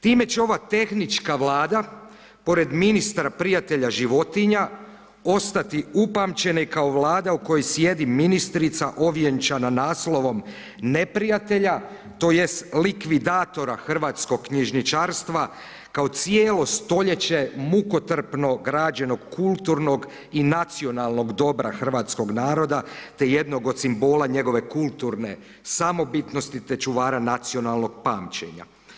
Time će ova tehnička Vlada pod ministra prijatelja životinja, ostati upamćena kao Vlada u kojoj sjedi ministrica ovjenčana naslovom neprijatelja, tj. likvidator hrvatskog knjižničarstva kao cijelo stoljeće mukotrpnog rađenog kulturnog i nacionalnog dobra hrvatskog naroda te jednog od simbola njegove kulturne samobitnosti te čuvara nacionalnog pamćenja.